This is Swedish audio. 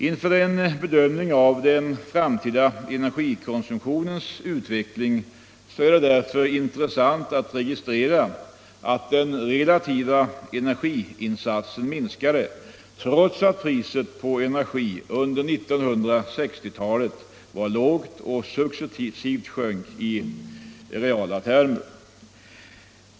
Inför en bedömning av den framtida energikonsumtionens utveckling är det därför att registrera att den relativa energiinsatsen minskade, trots att priset på energi under 1960-talet var lågt och successivt sjönk i reala termer.